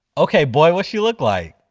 okay boy, what she look like?